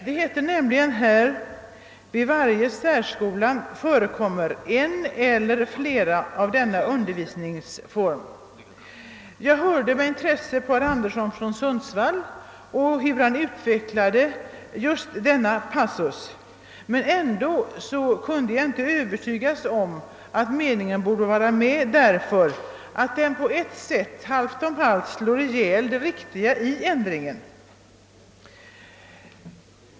Där står: » Vid varje särskola förekommer en eller flera av dessa undervisningsformer.» Jag lyssnade med intresse på herr Anderson i Sundsvall, när han talade om denna passus, men jag blev ändå inte övertygad om att meningen bör vara med, eftersom den halvt om halvt slår ihjäl det riktiga i ändringen.